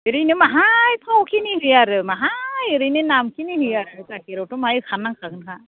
ओरैनो माहाय फावखिनि होयो आरो माहाय ओरैनो नामखिनि होयो आरो गाखिरावथ' मा होखा नांखागोनखा